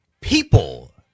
People